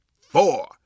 four